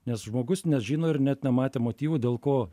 nes žmogus nežino ir net nematė motyvų dėl ko